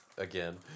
again